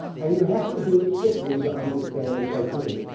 and you have to do it quickly to understand the cartoon.